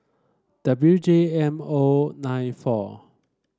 W J M O nine four